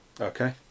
Okay